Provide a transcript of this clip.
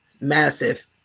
Massive